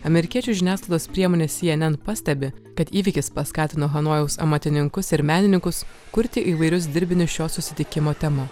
amerikiečių žiniasklaidos priemonė cnn pastebi kad įvykis paskatino hanojaus amatininkus ir menininkus kurti įvairius dirbinius šio susitikimo tema